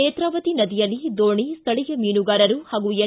ನೇತ್ರಾವತಿ ನದಿಯಲ್ಲಿ ದೋಣಿ ಸ್ಥಳೀಯ ಮೀನುಗಾರರು ಹಾಗೂ ಎನ್